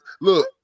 Look